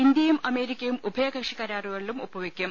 ഇന്ത്യയും അമേരിക്കയും ഉഭയകക്ഷി കരാറുകളിലും ഒപ്പുവയ്ക്കും